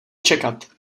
čekat